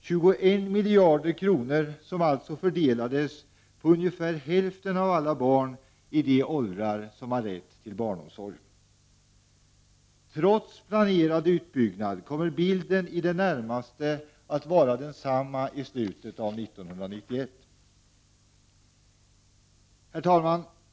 21 miljarder kronor fördelades alltså på ungefär hälften av alla barn i de åldrar som har rätt till barnomsorg. Trots planerad utbyggnad kommer bilden att vara i det närmaste densamma i slutet av 1991. Herr talman!